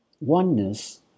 Oneness